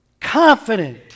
confident